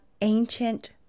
ancient